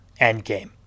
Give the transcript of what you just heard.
Endgame